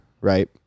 Right